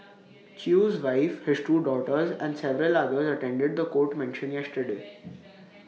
chew's wife his two daughters and several others attended The Court mention yesterday